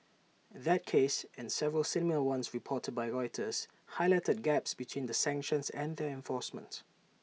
that case and several similar ones reported by Reuters Highlighted Gaps between the sanctions and their enforcement